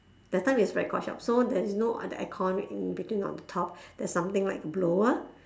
that time is record shop so there's you know the aircon in between on the top there's something like a blower